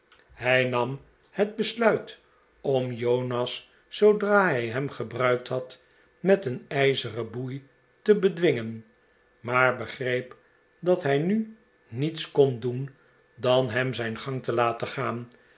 hij nam het besluit om jonas zoodra hij hem gebruikt had met een ijzeren boei te bedwingen maar begreep dat hij nu niets kon doen dan hem zijn gang te laten gaan